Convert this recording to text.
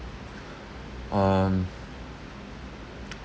um